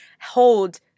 hold